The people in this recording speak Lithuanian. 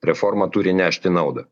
reforma turi nešti naudą